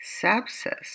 sepsis